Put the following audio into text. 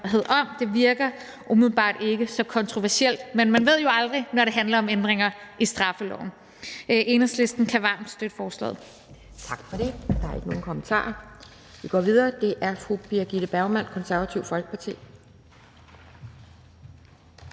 Det virker umiddelbart ikke så kontroversielt, men man ved jo aldrig, når det handler om ændringer i straffeloven. Enhedslisten kan varmt støtte lovforslaget.